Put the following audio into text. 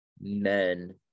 men